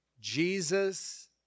Jesus